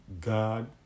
God